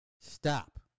Stop